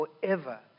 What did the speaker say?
forever